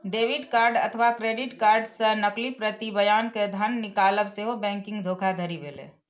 debit card अथवा credit card के नकली प्रति बनाय कें धन निकालब सेहो बैंकिंग धोखाधड़ी भेलै